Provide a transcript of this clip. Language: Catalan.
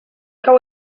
cau